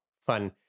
fun